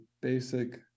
basic